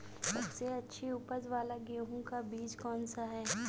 सबसे अच्छी उपज वाला गेहूँ का बीज कौन सा है?